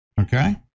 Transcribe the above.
okay